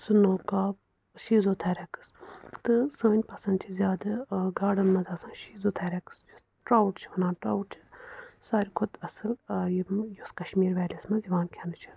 سُنو carp schizothorax تہٕ سٲنۍ پَسنٛد چھِ زیادٕ گاڈن منٛز آسان شیٚزو تھیریکس یَتھ ٹرٛاوُڑ چھِ وَنان ٹرٛاوُڑ چھِ سارِوٕے کھۅتہٕ اصٕل یِم یُس کَشمیٖر ویٚلی یَس منٛز یِوان کھٮ۪نہٕ چھِ